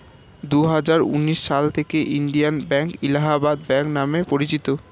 দুহাজার উনিশ সাল থেকে ইন্ডিয়ান ব্যাঙ্ক এলাহাবাদ ব্যাঙ্ক নাম পরিচিত